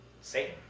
Satan